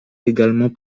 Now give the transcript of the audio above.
également